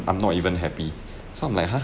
I'm not even happy so I'm like !huh!